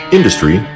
Industry